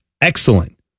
excellent